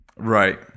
Right